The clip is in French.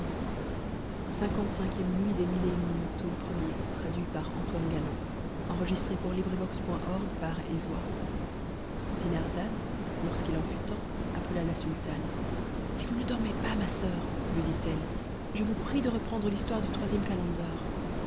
nuit dinarzade lorsqu'il en fut temps appela la sultane si vous ne dormez pas ma soeur lui dit-elle je vous prie de reprendre l'histoire du troisième calender